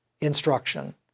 instruction